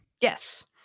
Yes